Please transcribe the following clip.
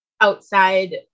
outside